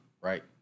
Right